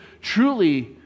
truly